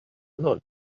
none